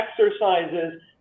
exercises